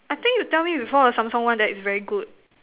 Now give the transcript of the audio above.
I think you tell me before the Samsung one that is very good